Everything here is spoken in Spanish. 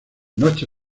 noche